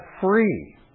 free